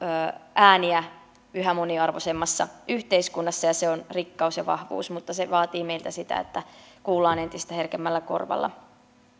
ääniä yhä moniarvoisemmassa yhteiskunnassa se on rikkaus ja vahvuus mutta se vaatii meiltä sitä että kuullaan entistä herkemmällä korvalla